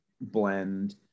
blend